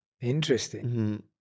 Interesting